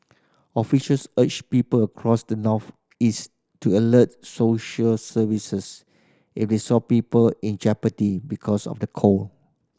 officials urged people across the northeast to alert social services if they saw people in jeopardy because of the cold